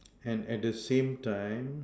and at the same time